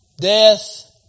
death